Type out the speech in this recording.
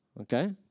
Okay